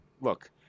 look